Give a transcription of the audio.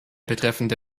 betreffende